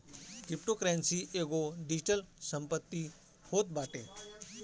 cryptocurrency एगो digital संपत्ति होत बाटे